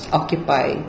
occupy